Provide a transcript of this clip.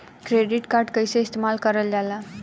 Credit card कईसे इस्तेमाल करल जाला?